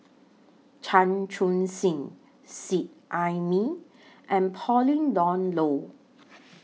Chan Chun Sing Seet Ai Mee and Pauline Dawn Loh